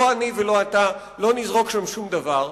לא אני ולא אתה נזרוק שם שום דבר,